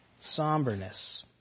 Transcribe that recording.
Somberness